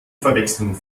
verwechslung